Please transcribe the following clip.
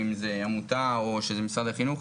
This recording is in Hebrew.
אם זו עמותה או משרד החינוך.